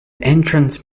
entrance